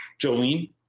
Jolene